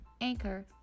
anchor